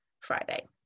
Friday